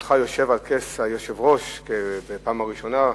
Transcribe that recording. היותך יושב על כס היושב-ראש בפעם הראשונה.